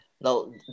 no